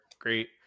great